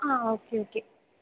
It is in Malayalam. ആ ഓക്കെ ഓക്കെ